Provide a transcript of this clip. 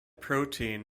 protein